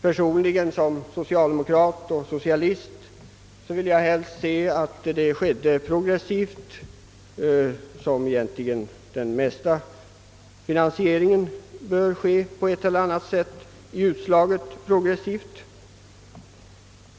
Personligen, som socialdemokrat och socialist, skulle jag helst se att uttaget gjordes progressivt på det sätt som största delen av statsfinansieringen bör ske.